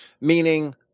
meaning